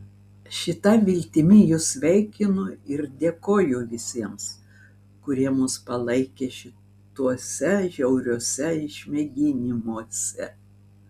šita viltimi jus sveikinu ir dėkoju visiems kurie mus palaikė šituose žiauriuose išmėginimuose